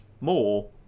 more